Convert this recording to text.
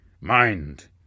Mind